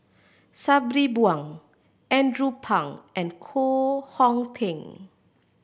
Sabri Buang Andrew Phang and Koh Hong Teng